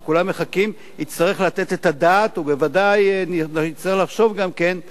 והוא יצטרך לתת את הדעת ובוודאי יצטרך לחשוב גם על חקיקה